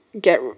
get